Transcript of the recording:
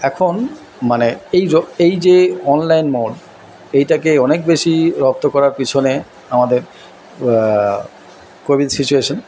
এখন মানে এই এই যে অনলাইন মোড এইটাকে অনেক বেশি রপ্ত করার পিছনে আমাদের কোভিড সিচুয়েশান